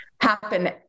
happen